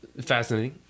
fascinating